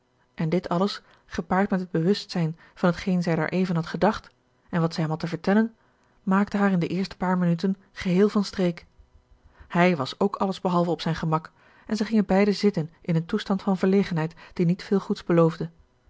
en dit alles gepaard met het bewustzijn van t geen zij daareven had gedacht en wat zij hem had te vertellen maakte haar in de eerste paar minuten geheel van streek hij was ook alles behalve op zijn gemak en zij gingen beiden zitten in een toestand van verlegenheid die niet veel goeds beloofde